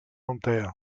contea